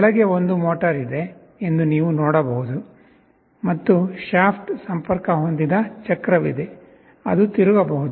ಕೆಳಗೆ ಒಂದು ಮೋಟಾರ್ ಇದೆ ಎಂದು ನೀವು ನೋಡಬಹುದು ಮತ್ತು ಶಾಫ್ಟ್ ಸಂಪರ್ಕ ಹೊಂದಿದ ಚಕ್ರವಿದೆ ಅದು ತಿರುಗಬಹುದು